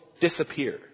disappear